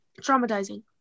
traumatizing